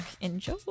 enjoy